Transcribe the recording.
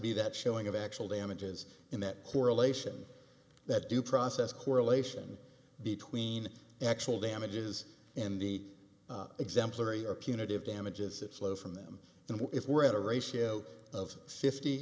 be that showing of actual damages in that correlation that due process correlation between actual damages and the exemplary or punitive damages that flow from them and if we're at a ratio of fifty